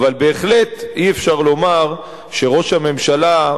אבל בהחלט אי-אפשר לומר שראש הממשלה,